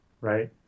right